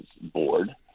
board